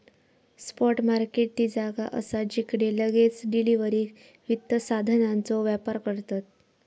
spot market ती जागा असा जिकडे लगेच डिलीवरीक वित्त साधनांचो व्यापार करतत